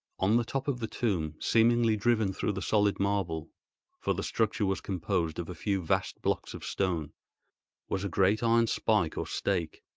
on the top of the tomb, seemingly driven through the solid marble for the structure was composed of a few vast blocks of stone was a great iron spike or stake.